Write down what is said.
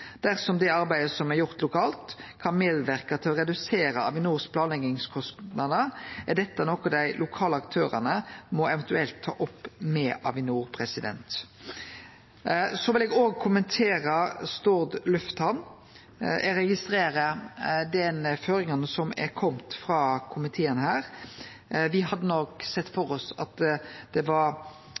Dersom det arbeidet som er gjort lokalt, kan medverke til å redusere Avinors planleggingskostnader, er dette noko dei lokale aktørane eventuelt må ta opp med Avinor. Eg vil òg kommentere Stord Lufthamn. Eg registrerer dei føringane som er komne frå komiteen her. Me hadde nok sett for oss at det var